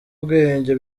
ubwenge